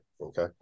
Okay